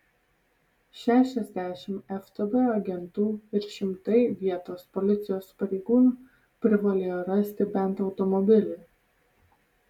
šešiasdešimt ftb agentų ir šimtai vietos policijos pareigūnų privalėjo rasti bent automobilį